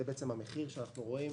זה בעצם המחיר שאנחנו רואים